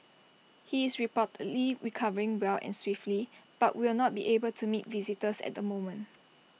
he is reportedly recovering well and swiftly but will not be able to meet visitors at the moment